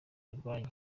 urwanyu